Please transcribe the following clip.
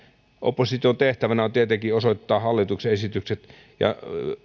opposition tehtävänä on tietenkin osoittaa hallituksen esitykset